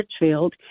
Richfield